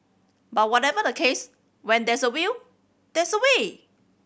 but whatever the case when there's a will there's a way